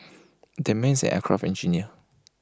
that man is aircraft engineer